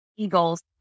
eagles